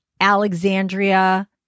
Alexandria